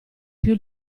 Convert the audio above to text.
più